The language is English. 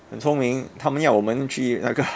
很聪明他们要我们去那个